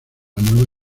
nueva